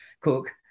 cook